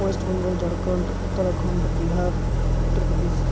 West Bengal Jharkhand Uttarakhand Bihar Uttar Pradesh